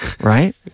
Right